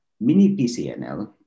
mini-PCNL